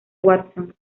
watson